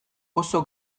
oso